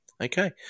Okay